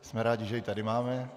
Jsme rádi, že ji tady máme.